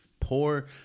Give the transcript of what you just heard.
Poor